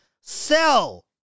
sell